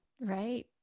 Right